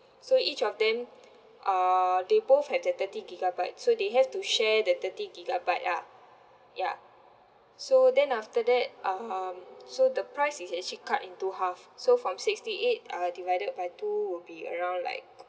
so each of them uh they both have the thirty gigabyte so they have to share the thirty gigabyte lah ya so then after that um so the price is actually cut into half so from sixty eight uh divided by two would be around like